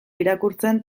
irakurtzen